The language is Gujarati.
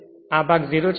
કારણ કે આ ભાગ 0 છે